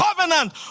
covenant